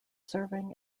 serving